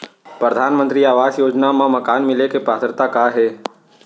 परधानमंतरी आवास योजना मा मकान मिले के पात्रता का हे?